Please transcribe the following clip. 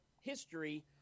history